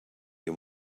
you